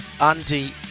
Andy